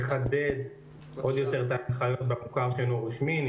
לחדד עוד יותר במוכר שלא רשמי.